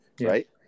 right